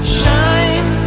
shine